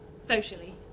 socially